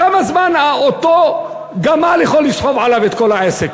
כמה זמן אותו גמל יכול לסחוב עליו את כל העסק?